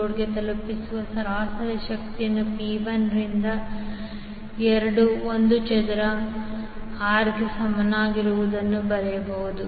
ಲೋಡ್ಗೆ ತಲುಪಿಸುವ ಸರಾಸರಿ ಶಕ್ತಿಯನ್ನು P 1 ರಿಂದ 2 I ಚದರ R ಗೆ ಸಮನಾಗಿರುವುದರಿಂದ ಬರೆಯಬಹುದು